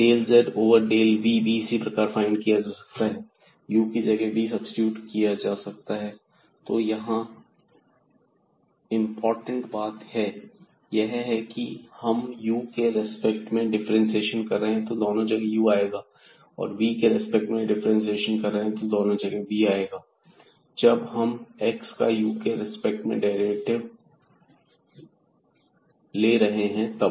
del z over del v भी इसी प्रकार फाइंड किया जा सकता है u की जगह v को सब्सीट्यूट किया जा सकता है तो यहां इंपॉर्टेंट बात यह है कि यदि हम u के रिस्पेक्ट में डिफरेंट सेशन कर रहे हैं तो यहां दोनों जगह u आएगा और यदि हम v के रेस्पेक्ट में डिफ्रेंशिएशन कर रहे हैं तो दोनों जगह v आएगा जब हम x का u के रेस्पेक्ट में डेरिवेटिव ले रहे हैं तब